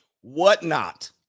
whatnot